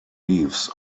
leaves